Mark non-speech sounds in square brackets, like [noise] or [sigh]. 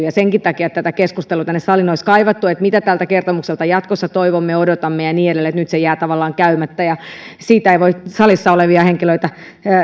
[unintelligible] ja senkin takia tätä keskustelua tänne saliin olisi kaivattu että mitä tältä kertomukselta jatkossa toivomme odotamme ja niin edelleen joten nyt se jää tavallaan käymättä siitä ei voi salissa olevia henkilöitä